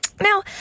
Now